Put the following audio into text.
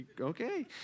Okay